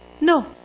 No